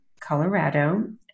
Colorado